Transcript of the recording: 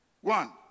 One